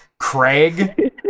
craig